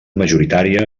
majoritària